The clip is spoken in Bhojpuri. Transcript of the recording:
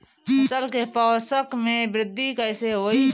फसल के पोषक में वृद्धि कइसे होई?